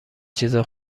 چیزا